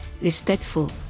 respectful